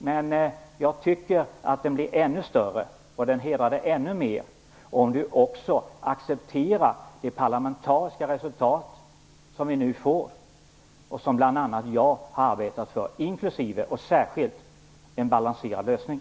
Men jag tycker att den blir ännu större och ännu mer hedrande om Bengt Silverstrand också accepterar det parlamentariska resultat som vi nu får, som bl.a. jag har arbetat för, nämligen en balanserad lösning.